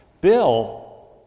Bill